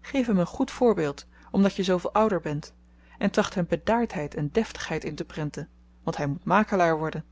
geef hem een goed voorbeeld omdat je zooveel ouder bent en tracht hem bedaardheid en deftigheid inteprenten want hy moet makelaar worden